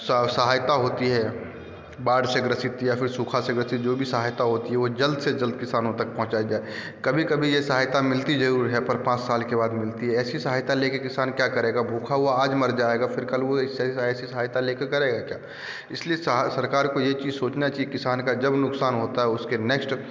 सहायता होती है बाढ़ से ग्रसित या फिर सूखा से ग्रसित जो भी सहायता होती है वह जल्द से जल्द किसानों तक पहुँचाया जाए कभी कभी यह सहायता मिलती ज़रूर है पर पाँच साल के बाद मिलती है ऐसी सहायता लेकर किसान क्या करेगा भूखा हुआ आज मर जाएगा फिर कल वह सहायता लेकर करेगा क्या इसलिए सरकार को यह चीज़ सोचना चाहिए की किसान का जब नुकसान होता है उसके नेक्स्ट